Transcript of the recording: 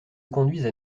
conduisent